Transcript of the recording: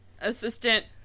assistant